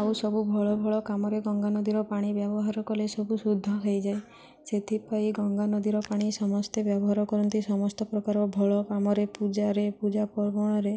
ଆଉ ସବୁ ଭଲ ଭଲ କାମରେ ଗଙ୍ଗା ନଦୀର ପାଣି ବ୍ୟବହାର କଲେ ସବୁ ଶୁଦ୍ଧ ହେଇଯାଏ ସେଥିପାଇଁ ଗଙ୍ଗା ନଦୀର ପାଣି ସମସ୍ତେ ବ୍ୟବହାର କରନ୍ତି ସମସ୍ତ ପ୍ରକାର ଭଲ କାମରେ ପୂଜାରେ ପୂଜା ପର୍ବଣରେ